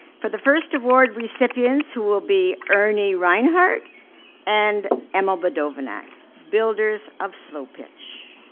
for the first award recipients who will be ernie reinhardt and emil badovinac, builders of slo-pitch.